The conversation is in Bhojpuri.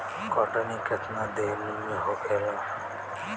कटनी केतना दिन में होखेला?